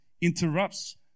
interrupts